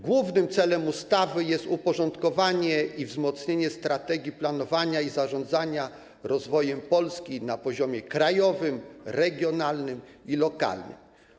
Głównym celem ustawy jest uporządkowanie i wzmocnienie strategii planowania rozwoju i zarządzania rozwojem Polski na poziomie krajowym, regionalnym i lokalnym.